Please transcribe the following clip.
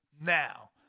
now